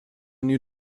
new